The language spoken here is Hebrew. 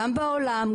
גם בעולם,